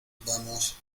vamos